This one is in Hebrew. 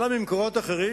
אלא ממקורות אחרים,